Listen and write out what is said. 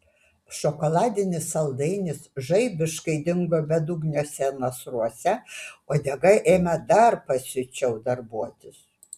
šokoladinis saldainis žaibiškai dingo bedugniuose nasruose uodega ėmė dar pasiučiau darbuotis